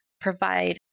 provide